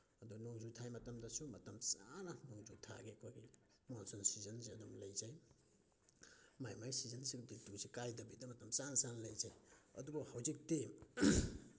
ꯑꯗꯨ ꯅꯣꯡꯖꯨ ꯊꯥꯒꯤ ꯃꯇꯝꯗꯁꯨ ꯃꯇꯝ ꯆꯥꯅ ꯅꯣꯡꯖꯨ ꯊꯥꯒꯤ ꯑꯩꯈꯣꯏꯒꯤ ꯃꯨꯟꯁꯨꯟ ꯁꯤꯖꯟꯁꯦ ꯑꯗꯨꯝ ꯂꯩꯖꯩ ꯃꯥꯏ ꯃꯥꯏ ꯁꯤꯖꯟꯁꯤꯡ ꯔꯤꯇꯨꯁꯦ ꯀꯥꯏꯗꯕꯤꯗ ꯃꯇꯝ ꯆꯥ ꯆꯥꯅ ꯂꯩꯖꯩ ꯑꯗꯨꯕꯨ ꯍꯧꯖꯤꯛꯇꯤ